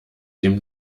dem